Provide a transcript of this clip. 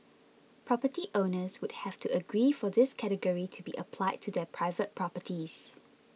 property owners would have to agree for this category to be applied to their private properties